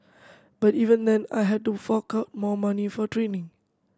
but even then I had to fork out more money for training